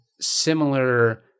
similar